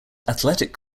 athletic